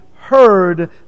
heard